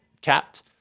capped